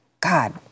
god